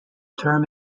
term